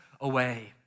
away